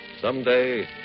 Someday